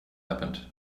happened